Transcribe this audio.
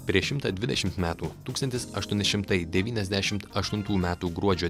prieš šimtą dvidešimt metų tūkstantis sštuoni šimtai devyniasdešimt aštuntų gruodžio